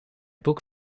boek